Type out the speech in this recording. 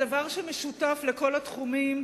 הדבר שמשותף לכל התחומים,